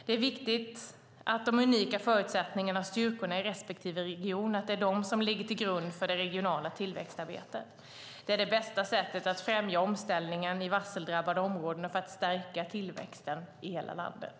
Det är viktigt att det är de unika förutsättningarna och styrkorna i respektive region som ligger till grund för det regionala tillväxtarbetet. Det är det bästa sättet att främja omställningen i varseldrabbade områden och stärka tillväxten i alla delar av landet.